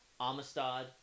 amistad